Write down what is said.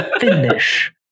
finish